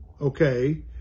Okay